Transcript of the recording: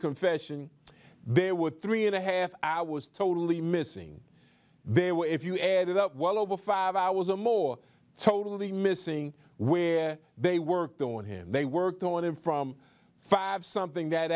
confession there were three and a half hours totally missing they were if you added up well over five hours or more totally missing where they worked on him they worked on him from five something that